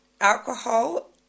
alcohol